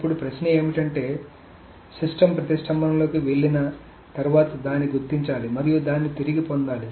ఇప్పుడు ప్రశ్న ఏమిటంటే సిస్టమ్ ప్రతిష్టంభన లోకి వెళ్లిన తర్వాత దాన్ని గుర్తించాలి మరియు దాన్ని తిరిగి పొందాలి